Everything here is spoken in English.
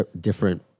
different